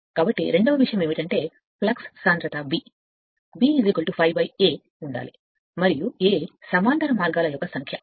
కాబట్టి రెండవ విషయం ఏమిటంటే ఫ్లక్స్ సాంద్రత b B ∅a ఉండాలి మరియు a సమాంతర మార్గాల యొక్క సంఖ్య